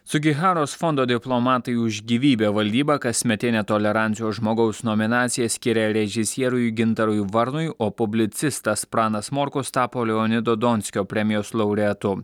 sugiharos fondo diplomatai už gyvybę valdyba kasmetinė tolerancijos žmogaus nominaciją skiria režisieriui gintarui varnui o publicistas pranas morkus tapo leonido donskio premijos laureatu